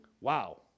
Wow